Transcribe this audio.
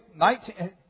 19